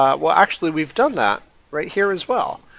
um well, actually, we've done that right here as well.